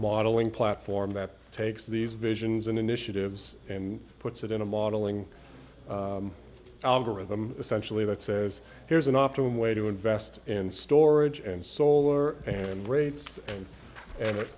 modeling platform that takes these visions and initiatives and puts it in a modeling algorithm essentially that says here's an optimum way to invest in storage and solar and rates and